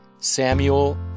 Samuel